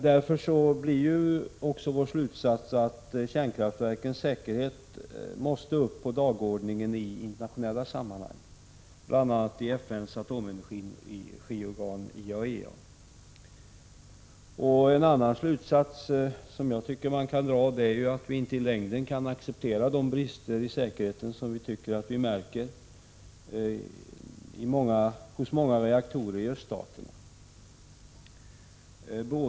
Därför blir också vår slutsats att kärnkraftverkens säkerhet måste tas pp på dagordningen i internationella sammanhang, bl.a. i FN:s atomenergiorgan, IAEA. En annan slutsats som man kan dra är att vi inte i längden kan acceptera de brister i säkerhet som vi tycker oss märka hos många reaktorer i öststaterna.